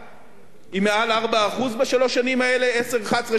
היא מעל 4% בשלוש השנים האלה, 10', 11', 12';